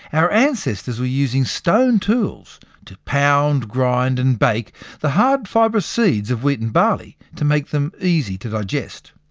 our ancestors were using stone tools to pound, grind and bake the hard fibrous seeds of wheat and barley to make them easy to digest.